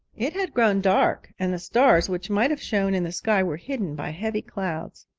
it had grown dark and the stars which might have shone in the sky were hidden by heavy clouds.